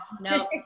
No